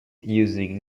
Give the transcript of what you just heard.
using